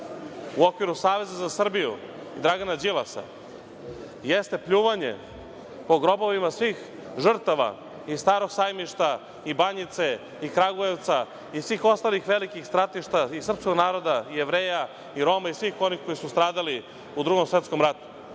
u okviru Saveza Srbiju, Dragana Đilasa jeste pljuvanje po grobovima svih žrtava i Starog sajmišta i Banjice i Kragujevca i svih ostalih velikih stratišta srpskog naroda i Jevreja i Roma i svih onih koji su stradali u Drugom svetskom ratu. Dok